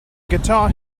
guitar